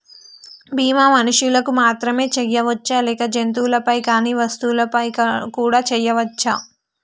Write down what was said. బీమా మనుషులకు మాత్రమే చెయ్యవచ్చా లేక జంతువులపై కానీ వస్తువులపై కూడా చేయ వచ్చా?